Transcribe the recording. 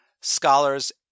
scholars